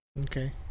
Okay